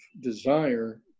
desire